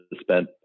spent